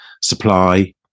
supply